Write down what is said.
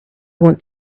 want